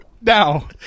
Now